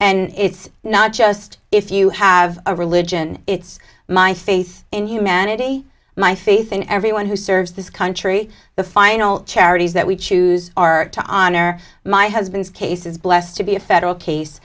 and it's not just if you have a religion it's my faith in humanity my faith in everyone who serves this country the final charities that we choose are to honor my husband's case is blessed to be a federal case